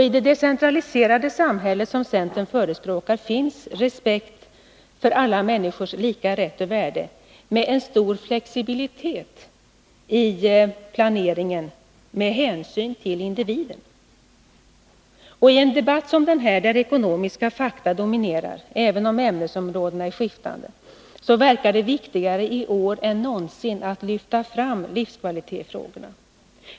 I det decentraliserade samhälle som centern förespråkar finns respekt för alla människors lika rätt och värde, med stor flexibilitet i planeringen med hänsyn till individen. I en debatt som den här, där ekonomiska fakta dominerar, även om ämnesområdena är skiftande, verkar det viktigare i år än någonsin att lyfta fram livskvalitetsfrågorna.